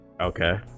Okay